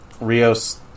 Rios